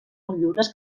motllures